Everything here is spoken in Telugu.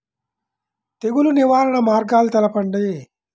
తెగులు నివారణ మార్గాలు తెలపండి?